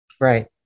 Right